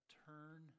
turn